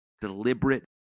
deliberate